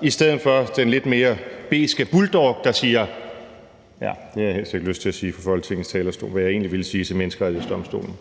i stedet for at være den lidt mere bidske bulldog, der siger, ja, jeg har egentlig ikke lyst til at sige fra Folketingets talerstol, hvad jeg ville sige til Menneskerettighedsdomstolen.